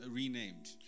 renamed